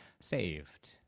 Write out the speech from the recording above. saved